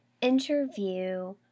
interview